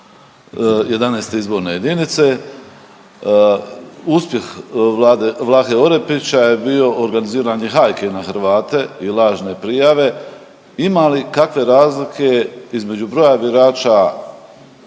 11. izborne jedinice. Uspjeh Vlahe Orepića je bio organiziran i hajke na Hrvate i lažne prijave. Ima li kakve razlike između broja birača i